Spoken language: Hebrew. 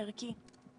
ערכי,